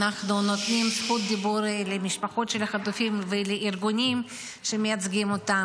אנחנו נותנים זכות דיבור למשפחות של החטופים ולארגונים שמייצגים אותם.